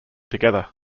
together